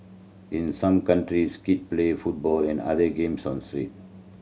in some countries kid play football and other games on the streets